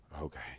Okay